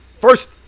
First